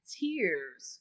tears